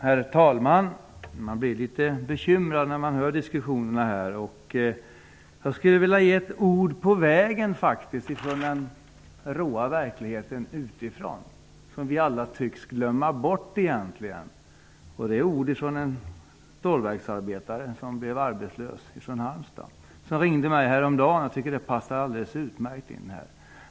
Herr talman! Man blir litet bekymrad när man hör diskussionerna här. Jag skulle faktiskt vilja ge er ett ord med på vägen. Det kommer från den råa verkligheten där ute, som vi alla tycks glömma bort. Det är ord från en stålverksarbetare från Halmstad som blev arbetslös -- jag tycker att det passar alldeles utmärkt in här.